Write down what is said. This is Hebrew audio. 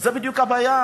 זו בדיוק הבעיה.